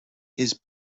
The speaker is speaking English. his